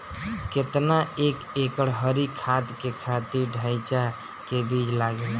केतना एक एकड़ हरी खाद के खातिर ढैचा के बीज लागेला?